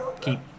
keep